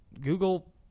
google